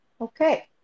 Okay